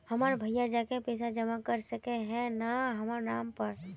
हमर भैया जाके पैसा जमा कर सके है न हमर नाम पर?